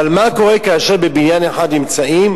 אבל מה קורה כאשר בבניין אחד נמצאים,